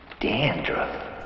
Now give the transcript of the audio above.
dandruff